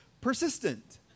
persistent